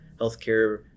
healthcare